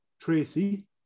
Tracy